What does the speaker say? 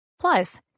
Plus